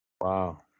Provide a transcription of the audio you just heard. Wow